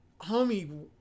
homie